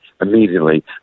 immediately